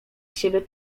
siebie